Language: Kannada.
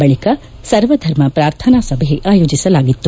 ಬಳಿಕ ಸರ್ವಧರ್ಮ ಪ್ರಾರ್ಥನಾ ಸಭೆ ಆಯೋಜಿಸಲಾಗಿತ್ತು